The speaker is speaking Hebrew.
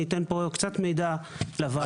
אתן פה קצת מידע לוועדה.